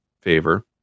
favor